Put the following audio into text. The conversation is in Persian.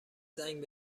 زنگ